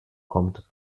kommt